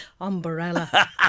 Umbrella